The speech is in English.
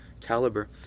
caliber